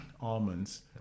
almonds